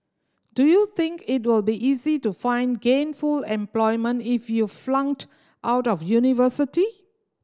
do you think it'll be easy to find gainful and employment if you flunked out of university